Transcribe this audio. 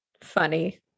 funny